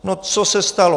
No co se stalo?